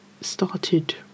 started